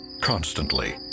constantly